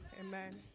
Amen